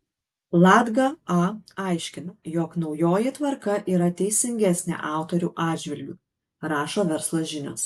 latga a aiškina jog naujoji tvarka yra teisingesnė autorių atžvilgiu rašo verslo žinios